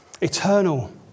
eternal